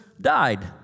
died